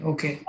Okay